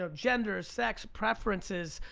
ah gender, sex, preferences,